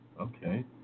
Okay